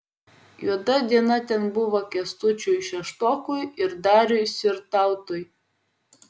juoda diena ten buvo kęstučiui šeštokui ir dariui sirtautui